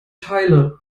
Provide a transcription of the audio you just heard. teile